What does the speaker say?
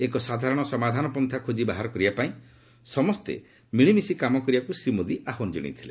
ଏକ ସାଧାରଣ ସମାଧାନପନ୍ଥା ଖୋଜି ବାହାର କରିବା ପାଇଁ ସମସ୍ତେ ମିଳିମିଶି କାମ କରିବାକୁ ଶ୍ରୀ ମୋଦୀ ଆହ୍ୱାନ ଜଣାଇଥିଲେ